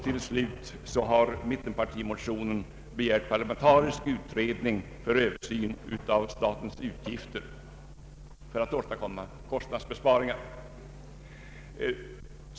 Till slut begärs i mittenpartimotionen en parlamentarisk utredning för översyn av statens uppgifter i syfte att främja kostnadsbesparingar.